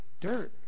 dirt